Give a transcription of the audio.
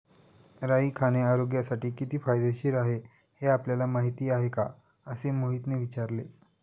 राई खाणे आरोग्यासाठी किती फायदेशीर आहे हे आपल्याला माहिती आहे का? असे मोहितने विचारले